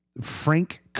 Frank